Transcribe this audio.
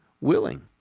willing